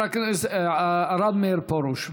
הרב מאיר פרוש.